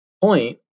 point